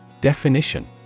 Definition